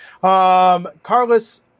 Carlos